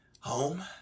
home